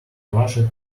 rushed